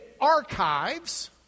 archives